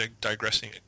digressing